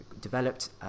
developed